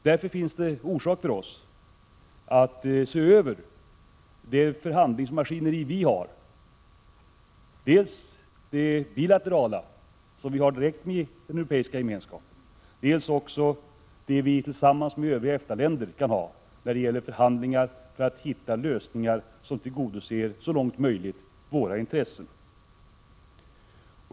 Det finns därför orsak för oss att se över vårt förhandlingsmaskineri. Det gäller dels det bilaterala som vi har direkt med den Europeiska gemenskapen, dels det vi kan ha tillsammans med övriga EFTA-länder vid förhandlingar för att hitta lösningar som så långt möjligt tillgodoser våra intressen.